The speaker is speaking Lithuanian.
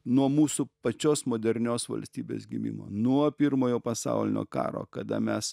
nuo mūsų pačios modernios valstybės gimimo nuo pirmojo pasaulinio karo kada mes